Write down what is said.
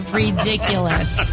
ridiculous